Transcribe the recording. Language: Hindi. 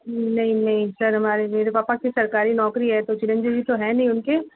नहीं नहीं सर हमारे मेरे पापा की सरकारी नौकरी है तो चिरंजीवी तो है नहीं उनके